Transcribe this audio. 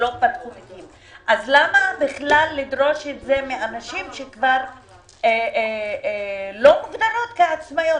אז למה בכלל לדרוש את זה מנשים שכבר לא מוגדרות כעצמאיות?